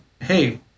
hey